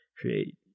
create